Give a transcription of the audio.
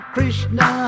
Krishna